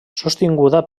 sostinguda